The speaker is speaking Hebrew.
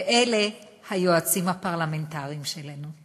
ואלה היועצים הפרלמנטריים שלנו.